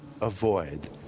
avoid